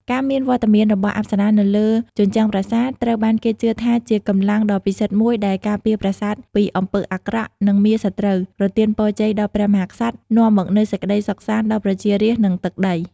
ការមានវត្តមានរបស់អប្សរានៅលើជញ្ជាំងប្រាសាទ ត្រូវបានគេជឿថាជាកម្លាំងដ៏ពិសិដ្ឋមួយដែល ការពារប្រាសាទពីអំពើអាក្រក់ និងមារសត្រូវ ប្រទានពរជ័យដល់ព្រះមហាក្សត្រ នាំមកនូវសេចក្តីសុខសាន្តដល់ប្រជារាស្ត្រ និងទឹកដី។